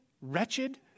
wretched